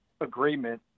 agreement